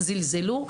זלזלו.